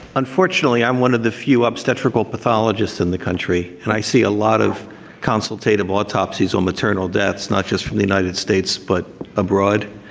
unfortunately, i'm one of the few obstetrical pathologists in the country, and i see a lot of consultative autopsies on maternity deaths not just from the united states but abroad.